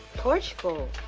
portugal.